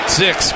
six